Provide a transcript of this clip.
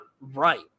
right